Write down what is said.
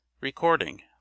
Recording